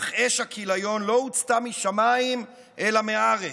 אך אש הכיליון לא הוצתה משמיים אלא מארץ.